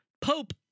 Pope